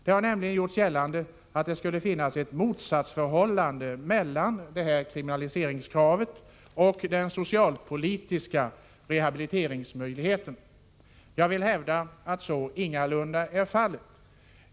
Det har nämligen gjorts gällande att det skulle finnas ett motsatsförhållande mellan detta kriminaliseringskrav och den socialpolitiska rehabiliteringsmöjligheten. Jag vill hävda att så ingalunda är fallet.